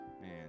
Man